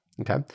Okay